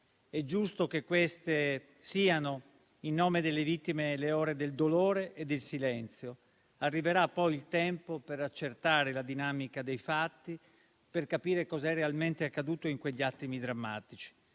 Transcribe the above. È giusto che queste siano, in nome delle vittime, le ore del dolore e del silenzio. Arriverà il tempo per accertare la dinamica dei fatti, per capire cos'è realmente accaduto in quegli attimi drammatici.